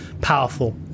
powerful